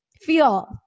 feel